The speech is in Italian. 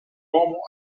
uomo